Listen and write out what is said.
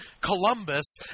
Columbus